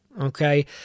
Okay